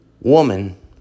woman